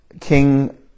King